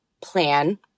plan